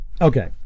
Okay